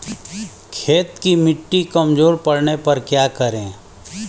खेत की मिटी कमजोर पड़ने पर क्या करें?